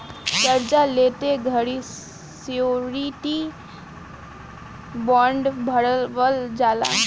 कार्जा लेत घड़ी श्योरिटी बॉण्ड भरवल जाला